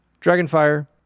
Dragonfire